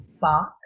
box